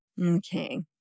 Okay